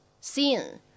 seen